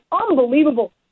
unbelievable